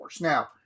Now